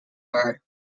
are